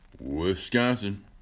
Wisconsin